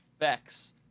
effects